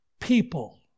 people